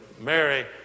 Mary